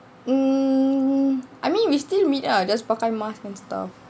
mm I mean we still meet ah just pakai mask and stuff